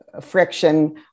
friction